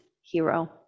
hero